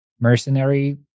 mercenary